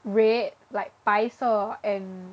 red like 白色 and